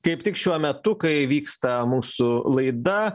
kaip tik šiuo metu kai vyksta mūsų laida